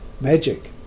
magic